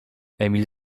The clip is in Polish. emil